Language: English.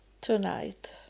tonight